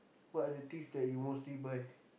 what are the things that you mostly buy